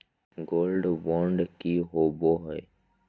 Gold bond की होबो है?